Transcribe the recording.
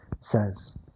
says